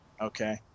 Okay